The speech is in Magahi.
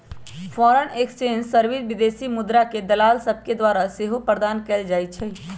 फॉरेन एक्सचेंज सर्विस विदेशी मुद्राके दलाल सभके द्वारा सेहो प्रदान कएल जाइ छइ